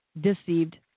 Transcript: deceived